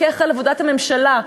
לפקח על עבודת הממשלה.